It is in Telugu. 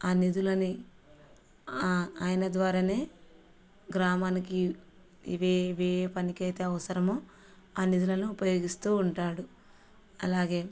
ఆ నిధులని ఆయన ద్వారానే గ్రామానికి ఇవే ఇవే పనికైతే అవసరమో ఆ నిధులను ఉపయోగిస్తూ ఉంటాడు అలాగే